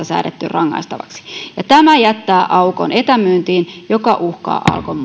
säädetty rangaistavaksi ja tämä jättää aukon etämyyntiin joka uhkaa alkon